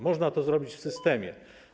Można to zrobić w systemie.